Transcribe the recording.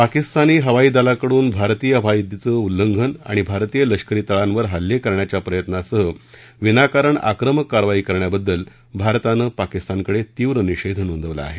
पाकिस्तानी हवाई दलाकडून भारतीय हवाई हद्दीचं उल्लंघन आणि भारतीय लष्करी तळांवर हल्ले करण्याच्या प्रयत्नासह विनाकारण आक्रमक कारवाई करण्याबद्दल भारतान पाकिस्तानकडे तीव्र निषेध नोंदवला आहे